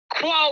quote